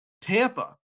Tampa